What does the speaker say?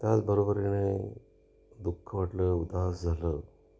त्याचबरोबर दुःखं वाटलं उदास झालं